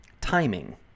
Timing